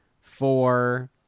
four